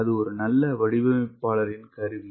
அது ஒரு நல்ல வடிவமைப்பாளரின் கருவி